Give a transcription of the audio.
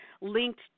linked